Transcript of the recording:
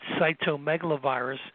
cytomegalovirus